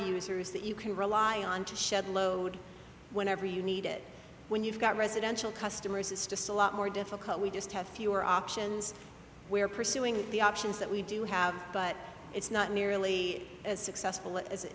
users that you can rely on to shed load whenever you need it when you've got residential customers it's just a lot more difficult we just have fewer options we're pursuing the options that we do have but it's not nearly as successful as